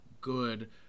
good